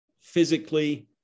physically